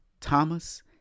Thomas